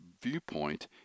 viewpoint